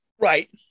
Right